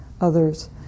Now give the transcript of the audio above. others